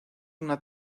una